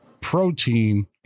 protein